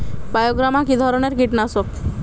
বায়োগ্রামা কিধরনের কীটনাশক?